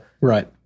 Right